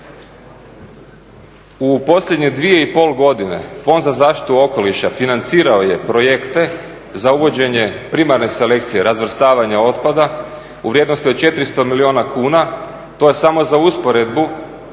U posljednje dvije i pol godine Fond za zaštitu okoliša financirao je projekte za uvođenje primarne selekcije razvrstavanja otpada u vrijednosti od 400 milijuna kuna. To je samo za usporedbu više